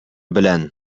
белән